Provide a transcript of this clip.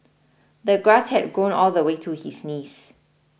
the grass had grown all the way to his knees